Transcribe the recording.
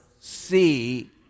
see